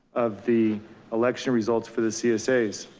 of the election results for the css.